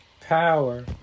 Power